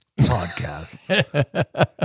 podcast